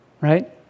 Right